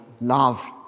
love